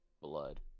blood